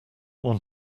want